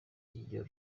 iyo